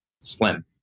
slim